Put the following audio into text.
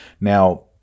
Now